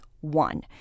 one